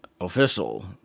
official